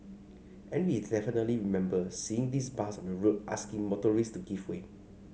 and we definitely remember seeing this bus on the road asking motorists to give way